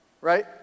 right